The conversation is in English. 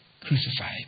crucified